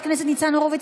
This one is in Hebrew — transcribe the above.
חבר הכנסת ניצן הורוביץ,